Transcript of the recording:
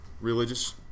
religious